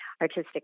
artistic